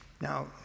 Now